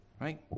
right